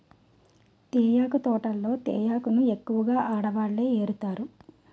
తేయాకు తోటల్లో తేయాకును ఎక్కువగా ఆడవాళ్ళే ఏరుతారు